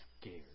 scared